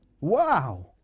Wow